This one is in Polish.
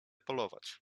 polować